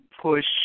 push